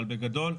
אבל בגדול,